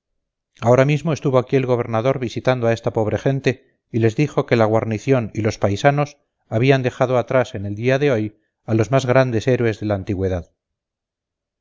ahora mismo estuvo aquí el gobernador visitando a esta pobre gente y les dijo que la guarnición y los paisanos habían dejado atrás en el día de hoy a los más grandes héroes de la antigüedad